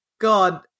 God